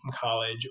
college